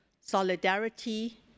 solidarity